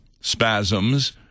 spasms